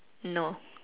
no